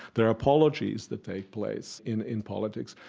there are apologies that take place in in politics.